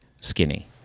skinny